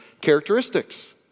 characteristics